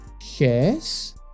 shares